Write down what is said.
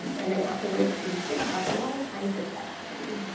and then afterwards we should have a lot of time for questions.